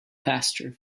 faster